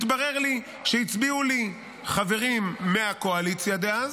התברר שהצביעו לי חברים מהקואליציה דאז,